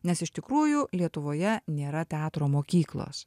nes iš tikrųjų lietuvoje nėra teatro mokyklos